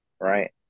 right